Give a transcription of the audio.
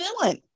villain